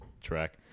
track